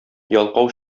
ялкау